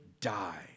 die